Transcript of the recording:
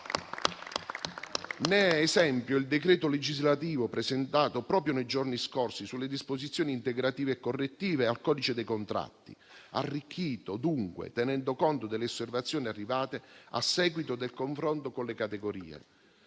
Ne è esempio il decreto legislativo presentato proprio nei giorni scorsi sulle disposizioni integrative e correttive al codice dei contratti, arricchito, dunque, tenendo conto delle osservazioni arrivate a seguito del confronto con le categorie.